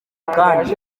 kandi